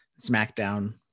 smackdown